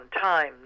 time